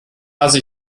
lasse